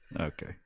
Okay